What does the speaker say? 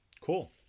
Cool